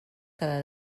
cada